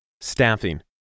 Staffing